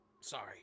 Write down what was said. Sorry